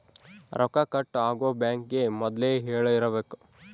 ರೊಕ್ಕ ಕಟ್ ಆಗೋ ಬ್ಯಾಂಕ್ ಗೇ ಮೊದ್ಲೇ ಹೇಳಿರಬೇಕು